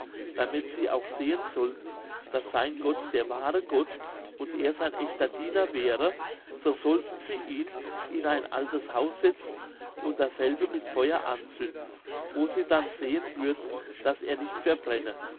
damit sie auch sehen sollten daß sein gott der wahre gott und er sein echter diener wäre so sollten sie ihn in ein altes haus setzen und dasselbe mit feuer anzünden wo sie dann sehen würden daß er nicht verbrenne